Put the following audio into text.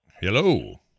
hello